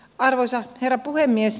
arvoisa herra puhemies